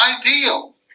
ideal